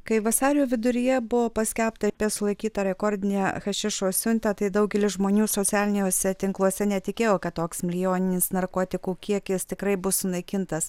kai vasario viduryje buvo paskelbta apie sulaikytą rekordinę hašišo siuntą tai daugelis žmonių socialiniuose tinkluose netikėjo kad toks milijoninis narkotikų kiekis tikrai bus sunaikintas